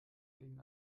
gegen